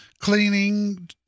cleaning